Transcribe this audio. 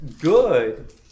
good